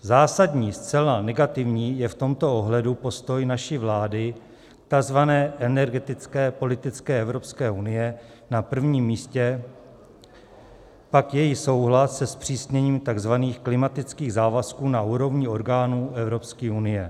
Zásadní, zcela negativní je v tomto ohledu postoj naší vlády k tzv. energetické politice Evropské unie, na prvním místě pak její souhlas se zpřísněním tzv. klimatických závazků na úrovni orgánů Evropské unie.